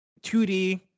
2D